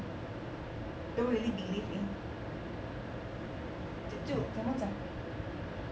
don't really believe in 就就怎么讲